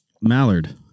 mallard